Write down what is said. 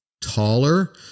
taller